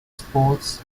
spots